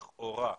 לכאורה,